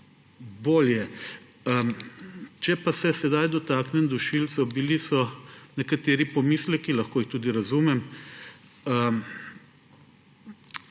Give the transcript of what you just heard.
bolje. Če pa se sedaj dotaknem dušilcev. Bili so nekateri pomisleki, lahko jih tudi razumem,